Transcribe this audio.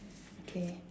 okay